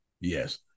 Yes